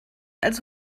als